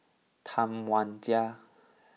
Tam Wai Jia